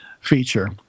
feature